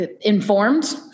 Informed